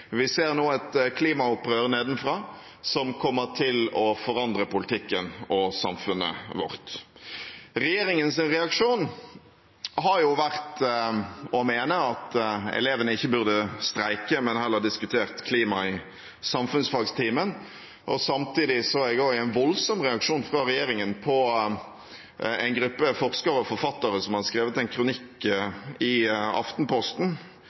Vi ser nå et klimaopprør nedenfra, som kommer til å forandre politikken og samfunnet vårt. Regjeringens reaksjon har vært å mene at elevene ikke burde streike, men heller diskutere klima i samfunnsfagtimen. Samtidig så jeg en voldsom reaksjon fra regjeringen på at en gruppe forskere og forfattere har skrevet en kronikk i Aftenposten